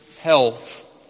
health